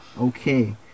Okay